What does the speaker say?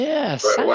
Yes